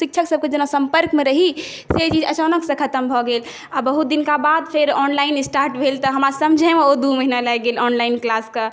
शिक्षक सभकेँ जेना सम्पर्कमे रही से अचनाक से खतम भऽ गेल आ बहुत दिनका बाद फेर ऑनलाइन स्टार्ट भेल तऽ हमरा समझैमे दू महीना लागि गेल ऑनलाइन क्लास के